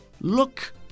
Look